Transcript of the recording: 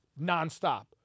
nonstop